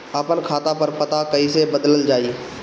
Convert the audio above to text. आपन खाता पर पता कईसे बदलल जाई?